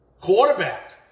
quarterback